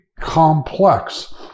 complex